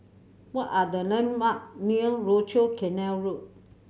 what are the landmark near Rochor Canal Road